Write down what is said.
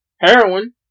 Heroin